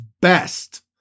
best